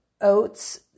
oats